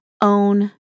own